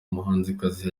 muhanzikazi